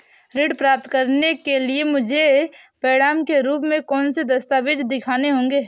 ऋण प्राप्त करने के लिए मुझे प्रमाण के रूप में कौन से दस्तावेज़ दिखाने होंगे?